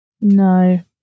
no